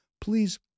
Please